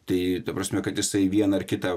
tai ta prasme kad jisai vieną ar kitą